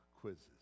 quizzes